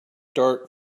dart